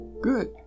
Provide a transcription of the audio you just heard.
good